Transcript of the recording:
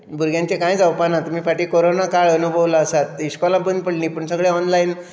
नाजाल्यार भुरग्यांचें कांय जावपाना तुमी फाटीं कोरोना काळ अणभवल्लो आसात तीं इश्कोलां बंद पडलीं पूण सगळें ऑनलायन